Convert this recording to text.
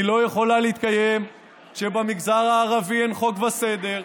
היא לא יכולה להתקיים כשבמגזר הערבי אין חוק וסדר,